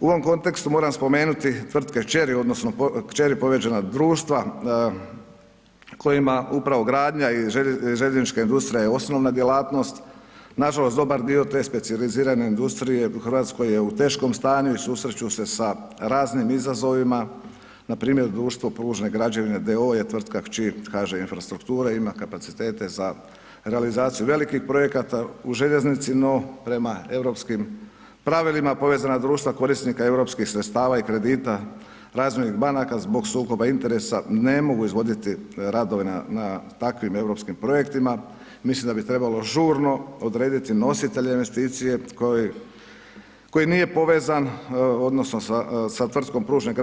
U ovom kontekstu moram spomenuti tvrtke kćeri odnosno kćeri povezana društva kojima upravo gradnja i željeznička industrija je osnovna djelatnost, nažalost dobar dio te specijalizirane industrije u RH je u teškom stanju i susreću se sa raznim izazovima, npr. društvo Pružne građevine d.o.o. je tvrtka kći HŽ Infrastrukture, ima kapacitete za realizaciju velikih projekata u željeznici, no prema europskim pravilima povezan društva korisnika europskih sredstava i kredita razvojnih banaka zbog sukoba interesa ne mogu izvoditi radove na, na takvim europskim projektima, mislim da bi trebalo žurno odrediti nositelje investicije koji, koji nije povezan odnosno sa, sa tvrtkom Pružne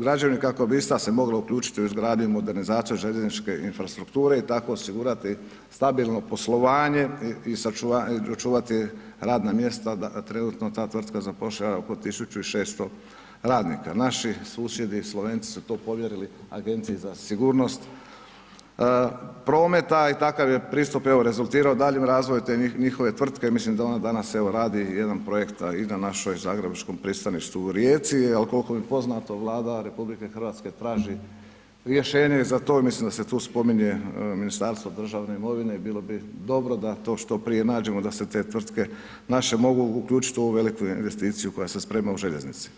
građevine kako bi ista se mogla uključiti u izgradnju i modernizaciju željezničke infrastrukture i tako osigurati stabilno poslovanje i očuvati radna mjesta da, trenutno ta tvrtka zapošljava oko 1600 radnika, naši susjedi Slovenci su to povjerili Agenciji za sigurnost prometa i takav je pristup evo rezultirao daljnjim razvojem te njihove tvrtke, milim da oni danas evo radi jedan projekt i na našoj zagrebačkom pristaništu u Rijeci, al kolko mi je poznato Vlada RH traži rješenje i za to i mislim da se tu spominje Ministarstvo državne imovine, bilo bi dobro da to što prije nađemo, da se te tvrtke naše mogu uključit u ovu veliku investiciju koja se sprema u željeznici.